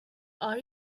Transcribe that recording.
are